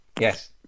Yes